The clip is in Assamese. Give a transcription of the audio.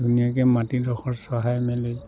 ধুনীয়াকৈ মাটিডোখৰ চহাই মেলি